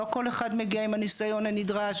לא כל אחד מגיע עם הניסיון הנדרש,